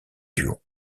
duo